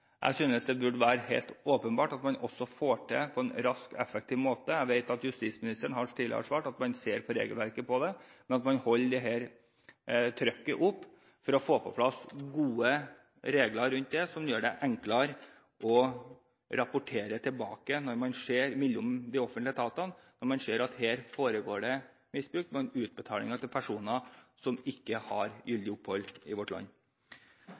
Jeg synes det er helt åpenbart at dette burde man få til på en rask og effektiv måte. Jeg vet at justisministeren tidligere har svart at man ser på regelverket her. Man må holde dette trykket oppe for å få på plass gode regler som gjør det enklere å rapportere tilbake når man – mellom de offentlige etatene – ser at her foregår det misbruk, man utbetaler til personer som ikke har gyldig opphold i vårt land.